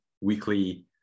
weekly